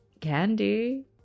candy